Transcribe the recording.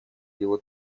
его